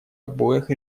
обоих